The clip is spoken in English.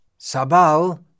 Sabal